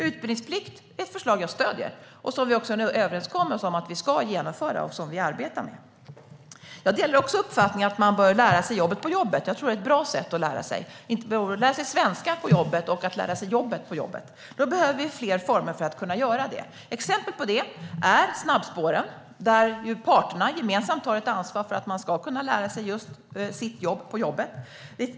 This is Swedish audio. Utbildningsplikt är ett förslag jag stöder. Vi har också en överenskommelse om att vi ska genomföra detta, och vi arbetar med det. Jag delar uppfattningen att man bör lära sig jobbet på jobbet och lära sig svenska på jobbet. Jag tror att det är ett bra sätt att lära sig. Då behöver vi fler former för att kunna göra det. Ett exempel på det är snabbspåren, där parterna gemensamt har ett ansvar för att man ska kunna lära sig sitt jobb på jobbet.